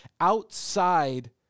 outside